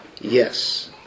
Yes